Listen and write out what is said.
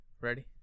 Ready